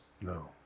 no